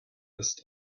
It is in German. ist